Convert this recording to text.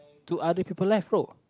to other people life bro